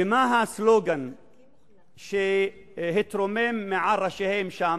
ומה הסלוגן שהתרומם מעל ראשיהם שם?